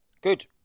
Good